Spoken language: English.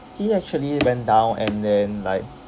he actually went down and then like